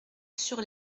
sur